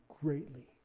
greatly